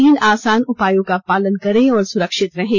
तीन आसान उपायों का पालन करें और सुरक्षित रहें